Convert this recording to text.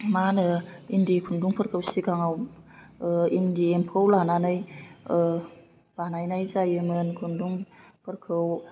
मा होनो इन्दि खुन्दुंफोरखौ सिगाङाव इन्दि एम्फौ लानानै बानायनाय जायोमोन खुन्दुंफोरखौ